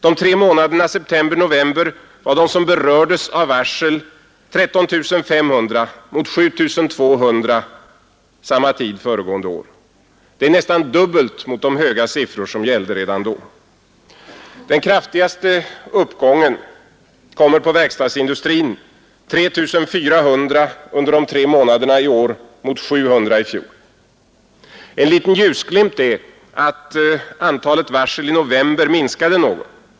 De tre månaderna mellan september-november var de som berördes av varsel 13 500 mot 7 200 samma tid föregående år. Det är nästan dubbelt mot de höga siffror som gällde redan då. Den kraftigaste uppgången kommer på verkstadsindustrin — 3 400 under de tre månader na i år mot 700 i fjol. En liten ljusglimt är att antalet varsel i november minskade något.